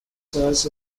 church